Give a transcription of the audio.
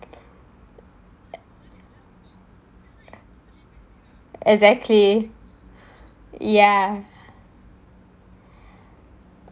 exactly ya